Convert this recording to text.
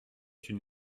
une